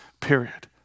period